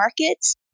markets